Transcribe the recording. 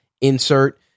insert